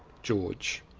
george.